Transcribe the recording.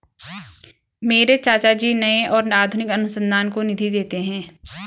मेरे चाचा जी नए और आधुनिक अनुसंधान को निधि देते हैं